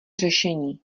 řešení